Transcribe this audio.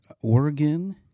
Oregon